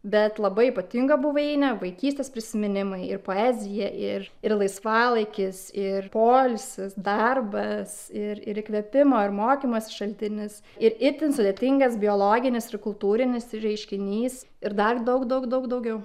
bet labai ypatinga buveinė vaikystės prisiminimai ir poezija ir ir laisvalaikis ir poilsis darbas ir ir įkvėpimo ir mokymas šaltinis ir itin sudėtingas biologinis ir kultūrinis reiškinys ir dar daug daug daug daugiau